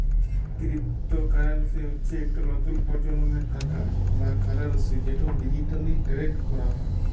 crypto currency হচ্যে ইকট লতুল পরজলমের টাকা বা কারেলসি যেট ডিজিটালি টেরেড ক্যরা হয়